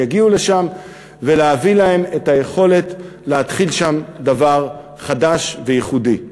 יגיעו לשם ולהביא להם את היכולת להתחיל שם דבר חדש וייחודי.